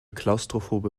klaustrophobe